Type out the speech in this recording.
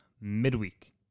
midweek